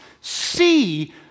see